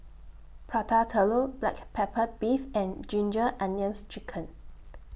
Prata Telur Black Pepper Beef and Ginger Onions Chicken